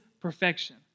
perfection